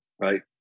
right